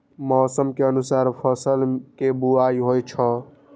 मौसम के अनुसार फसल के बुआइ होइ छै